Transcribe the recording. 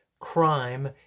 crime